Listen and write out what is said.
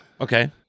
Okay